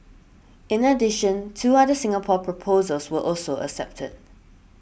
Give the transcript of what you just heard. in addition two other Singapore proposals were also accepted